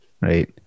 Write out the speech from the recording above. right